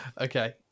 Okay